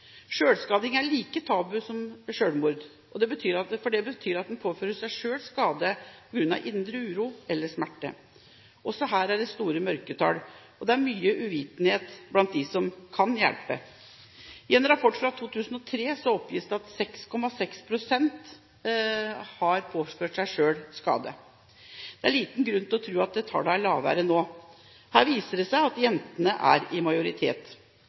Selvskading er like tabu som selvmord. Selvskading betyr at en påfører seg selv skade på grunn av indre uro eller smerte. Også her er det store mørketall, og det er mye uvitenhet blant dem som kan hjelpe. I en rapport fra 2003 oppgis det at 6,6 pst. har påført seg selv skade. Det er liten grunn til å tro at det tallet er lavere nå. Her viser det seg at jentene er i majoritet.